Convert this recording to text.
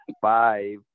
five